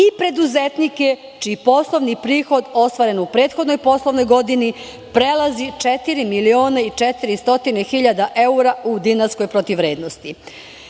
i preduzetnike čiji poslovni prihod ostvaren u prethodnoj poslovnoj godini prelazi četiri miliona i 400 hiljada evra u dinarskoj protivvrednosti. Mi